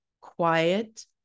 quiet